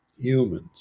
humans